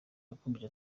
yakomeje